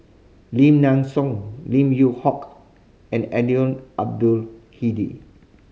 Lim Nang Seng Lim Yew Hock and Eddino Abdul Hadi